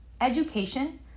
education